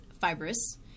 fibrous